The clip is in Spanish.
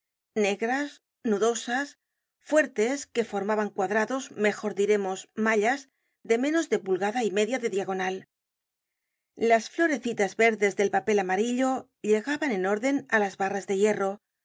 negras nudosas fuertes que formaban cuadrados mejor diremos mallas de menos de pulgada y media de diagonal las florecitas verdes del papel amarillo llegaban en orden á las barras de hierro